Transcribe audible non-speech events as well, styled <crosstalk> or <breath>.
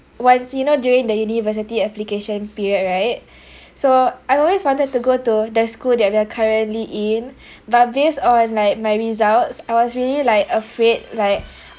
once you know during the university application period right <breath> so I always wanted to go to the school that we are currently in but based on like my results I was really like afraid like